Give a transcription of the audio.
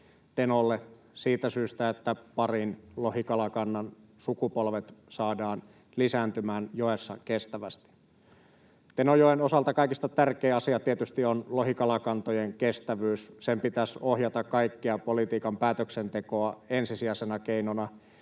Tenolle, siitä syystä että parin lohikalakannan sukupolvet saadaan lisääntymään joessa kestävästi. Tenojoen osalta kaikista tärkein asia tietysti on lohikalakantojen kestävyys. Sen pitäisi ohjata kaikkea politiikan päätöksentekoa. Ensisijaisena keinona